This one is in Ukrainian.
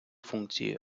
функції